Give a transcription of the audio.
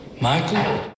Michael